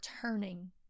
turning